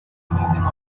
moving